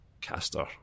Caster